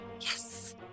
Yes